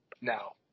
now